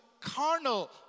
carnal